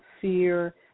fear